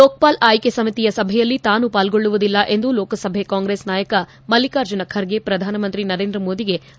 ಲೋಕಪಾಲ್ ಆಯ್ಕೆ ಸಮಿತಿಯ ಸಭೆಯಲ್ಲಿ ತಾನು ಪಾಲ್ಗೊಳ್ಳುವುದಿಲ್ಲ ಎಂದು ಲೋಕಸಭೆ ಕಾಂಗ್ರೆಸ್ ನಾಯಕ ಮಲ್ಲಿಕಾರ್ಜುನ್ ಖರ್ಗೆ ಪ್ರಧಾನಮಂತ್ರಿ ನರೇಂದ್ರ ಮೋದಿಗೆ ಪತ್ರ ಬರೆದಿದ್ದಾರೆ